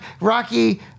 rocky